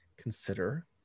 Consider